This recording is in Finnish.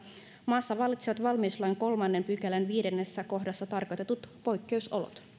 maassa vallitsevat valmiuslain kolmannen pykälän viidennessä kohdassa tarkoitetut poikkeusolot